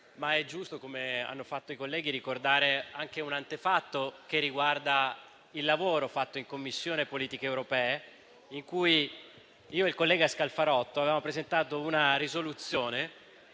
È giusto - come hanno fatto i colleghi - ricordare un antefatto che riguarda il lavoro della Commissione politiche europee, quando io e il collega Scalfarotto abbiamo presentato una risoluzione,